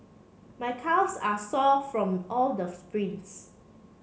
my calves are sore from all the sprints